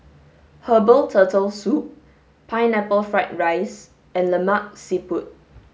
herbal turtle soup pineapple fried rice and Lemak Siput